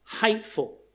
hateful